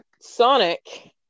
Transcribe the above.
sonic